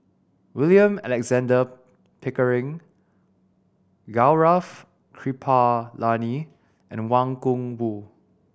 William Alexander Pickering Gaurav Kripalani and Wang Gungwu